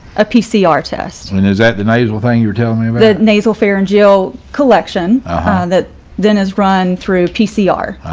a pcr test i mean is that the nasal thing you're telling me that nasal pharyngeal collection ah that then is run through pcr,